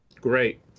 Great